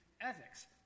ethics